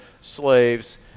slaves